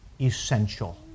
essential